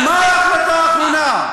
ומה ההחלטה האחרונה?